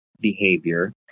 behavior